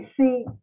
see